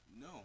No